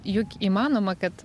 juk įmanoma kad